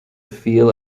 feel